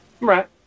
Right